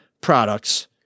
products